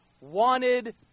wanted